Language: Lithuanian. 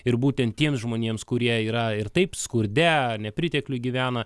ir būtent tiems žmonėms kurie yra ir taip skurde ar nepritekliuj gyvena